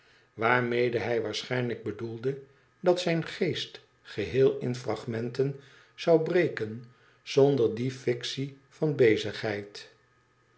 waarmede hij waarschijnlijk bedoelde dat zijn geest geheel in frag menten zou breken zonder die fictie van bezigheid